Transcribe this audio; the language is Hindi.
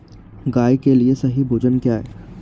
गाय के लिए सही भोजन क्या है?